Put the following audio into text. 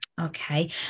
Okay